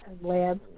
lab